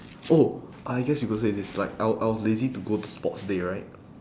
oh I guess you could say this like I I was lazy to go sports day right